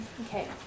Okay